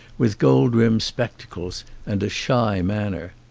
with gold-rimmed spectacles and a shy manner.